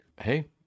Hey